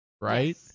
right